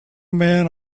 men